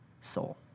soul